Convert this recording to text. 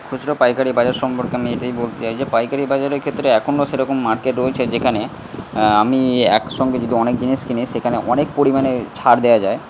খুচরো পাইকারি বাজার সম্পর্কে আমি এটাই বলতে চাই যে পাইকারি বাজারের ক্ষেত্রে এখনও সেরকম মার্কেট রয়েছে যেখানে আমি একসঙ্গে যদি অনেক জিনিস কিনি সেখানে অনেক পরিমাণেই ছাড় দেওয়া যায়